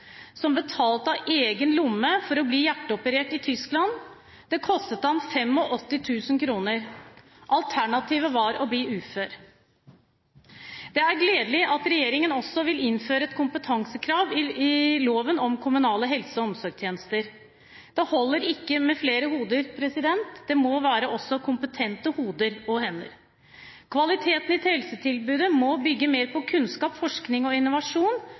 som betalte av egen lomme for å bli hjerteoperert i Tyskland. Det kostet ham 85 000 kr. Alternativet var å bli ufør. Det er gledelig at regjeringen også vil innføre et kompetansekrav i loven om kommunale helse- og omsorgstjenester. Det holder ikke med flere hoder, det må også være kompetente hoder og hender. Kvaliteten i helsetilbudet må bygge mer på kunnskap, forskning og innovasjon